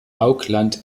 auckland